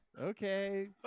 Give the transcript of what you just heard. okay